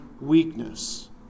weakness